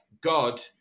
God